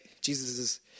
Jesus